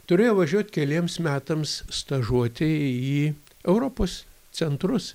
turėjo važiuot keliems metams stažuotei į europos centrus